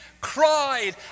cried